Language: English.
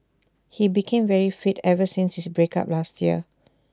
he became very fit ever since his break up last year